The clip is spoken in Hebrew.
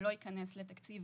ולא ייכנס לתקציב